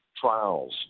trials